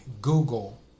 Google